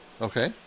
Okay